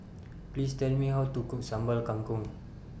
Please Tell Me How to Cook Sambal Kangkong